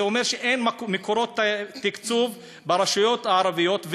זה אומר שאין מקורות תקצוב ברשויות הערביות,